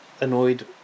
annoyed